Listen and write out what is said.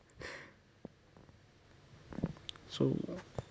so